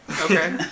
Okay